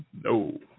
No